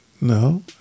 No